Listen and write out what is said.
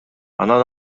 анан